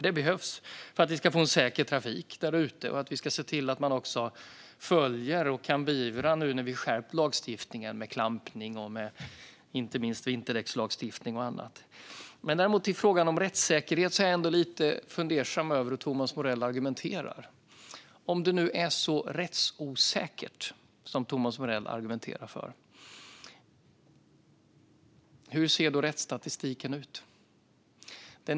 Det behövs för att vi ska få en säker trafik där ute och för att vi ska kunna beivra när vi nu har skärpt lagstiftningen med bland annat klampning och inte minst vinterdäckslagstiftning. När vi däremot kommer till frågan om rättssäkerhet är jag ändå lite fundersam till hur Thomas Morell argumenterar. Om det nu är så rättsosäkert som Thomas Morell argumenterar för, hur ser då rättsstatistiken ut?